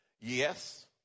Yes